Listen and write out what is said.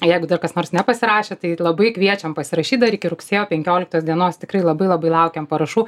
jeigu dar kas nors nepasirašė tai labai kviečiam pasirašyt dar iki rugsėjo penkioliktos dienos tikrai labai labai laukiam parašų